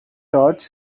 torch